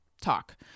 talk